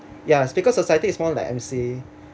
ya speakers's society is more like emcee